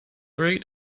rate